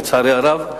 לצערי הרב.